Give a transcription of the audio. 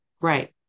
Right